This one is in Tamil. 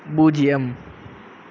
பூஜ்யம்